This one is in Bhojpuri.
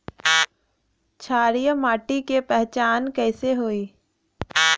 क्षारीय माटी के पहचान कैसे होई?